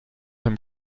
him